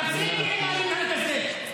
תפסיקי עם המנהג הזה.